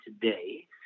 today